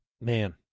Man